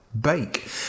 Bake